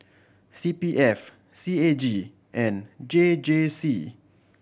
C P F C A G and J J C